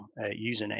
username